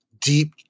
deep